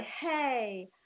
hey